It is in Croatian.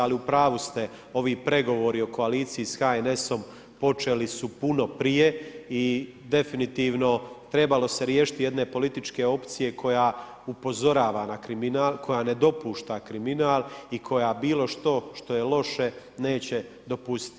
Ali upravu ste ovi pregovori o koaliciji s HNS-om počeli su puno prije i definitivno trebalo se riješiti jedne političke opcije koja upozorava na kriminal, koja ne dopušta kriminal i koja bilo što što je loše neće dopustiti.